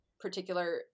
particular